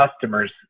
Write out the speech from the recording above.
customer's